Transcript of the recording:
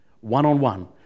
one-on-one